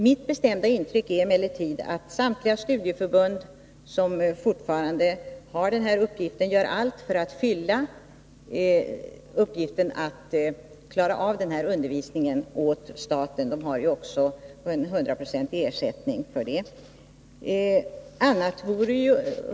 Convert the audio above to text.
Mitt bestämda intryck är emellertid att samtliga studieförbund som fortfarande har denna uppgift gör allt för att klara av denna undervisning åt staten — de har ju också hundraprocentig ersättning för det.